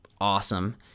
awesome